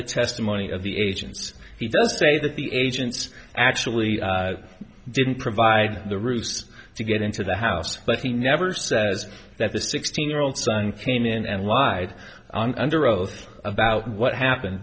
the testimony of the agents he does say that the agents actually didn't provide the roofs to get into the house but he never says that the sixteen year old son came in and lied under oath about what happened